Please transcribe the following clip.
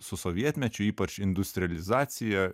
su sovietmečiu ypač industrializacija